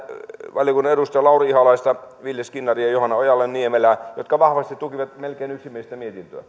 valiokunnan edustajia lauri ihalaista ville skinnaria ja johanna ojala niemelää jotka vahvasti tukivat melkein yksimielistä mietintöä se